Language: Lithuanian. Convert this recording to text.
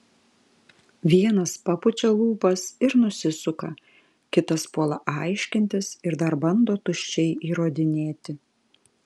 vienas papučia lūpas ir nusisuka kitas puola aiškintis ir dar bando tuščiai įrodinėti